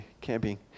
camping